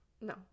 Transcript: No